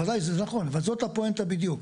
בוודאי זה נכון, אבל זו הפואנטה בדיוק.